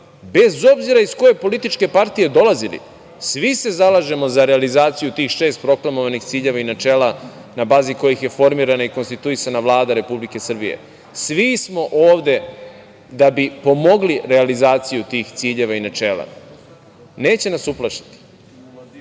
bez obzira iz koje političke partije dolazili svi se zalažemo za realizaciju tih šest proklamovanih ciljeva i načela na bazi kojih je formirana i konstituisana Vlada Republike Srbije. Svi smo ovde da bi pomogli realizaciju tih ciljeva i načela. Neće nas uplašiti,